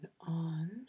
on